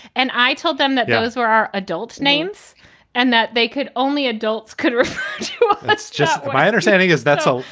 and i told them that those where our adult names and that they could only adults could. let's just. my understanding is that's all.